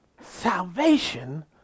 Salvation